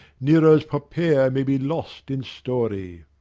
nero's poppaea may be lost in story!